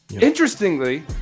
Interestingly